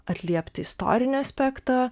atliepti istorinį aspektą